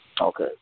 Okay